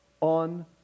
on